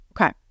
Okay